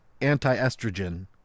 anti-estrogen